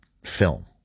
Film